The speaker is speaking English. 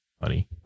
funny